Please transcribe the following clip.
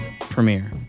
premiere